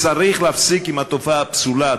צריך להפסיק עם התופעה הפסולה.